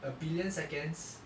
a billion seconds